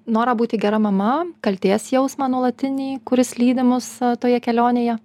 norą būti gera mama kaltės jausmą nuolatinį kuris lydi mus toje kelionėje